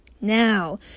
Now